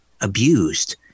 abused